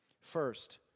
First